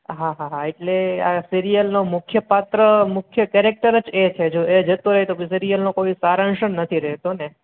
હાં હાં હા એટલે આ સિરિયલનો મુખ્ય પાત્ર મુખ્ય કેરેક્ટર જ એ છે જો એ જતો રહે તો પછી સિરિયલનું કોઈ સારાંશ નથી રહેતો ને